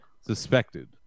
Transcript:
Suspected